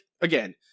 again